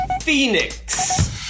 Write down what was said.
Phoenix